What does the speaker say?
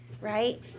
right